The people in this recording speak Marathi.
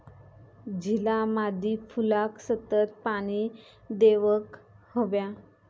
झिला मादी फुलाक सतत पाणी देवक हव्या